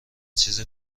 چیز